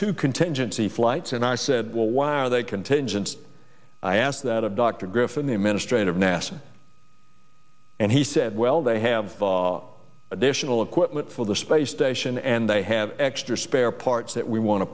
to contingency flights and i said well why are they contingent i asked that of dr griffin the administrator of nasa and he said well they have additional equipment for the space station and they have extra spare parts that we want to